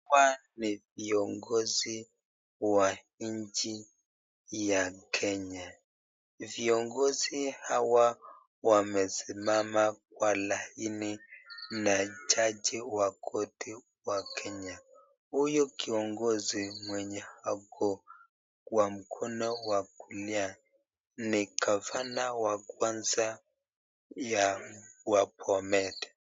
Hawa ni viongozi wa nchi ya Kenya, viongozi hawa wamesimama kwa laini na jaji wa koti wa Kenya. Huyu kiongozi mwenye ako kwa mkono wa kulia ni gavana wa kwanza wa Bomet.